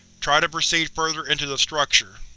try to proceed further into the structure.